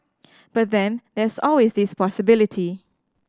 but then there's always this possibility